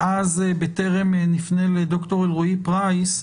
ואז בטרם נפנה לד"ר אלרעי-פרייס,